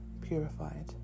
purified